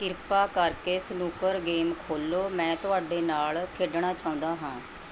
ਕਿਰਪਾ ਕਰਕੇ snooker game ਖੋਲ੍ਹੋ ਮੈਂ ਤੁਹਾਡੇ ਨਾਲ ਖੇਡਣਾ ਚਾਹੁੰਦਾ ਹਾਂ